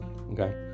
Okay